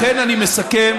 לכן, אני מסכם,